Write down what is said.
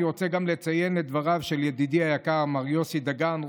אני רוצה גם לציין את דבריו של ידידי היקר מר יוסי דגן,